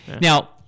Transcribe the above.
Now